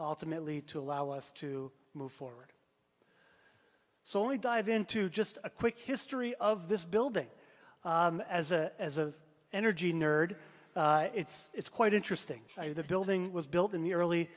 alternately to allow us to move forward so we dive into just a quick history of this building as a as a energy nerd it's it's quite interesting the building was built in the early